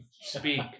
speak